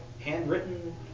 handwritten